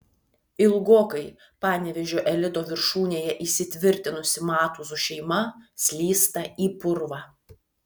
ilgokai panevėžio elito viršūnėje įsitvirtinusi matuzų šeima slysta į purvą